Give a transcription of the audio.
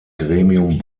gremium